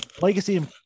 legacy